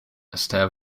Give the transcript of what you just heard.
astaire